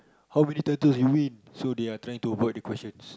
how many titles they win so they are trying to avoid the questions